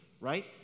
right